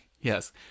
yes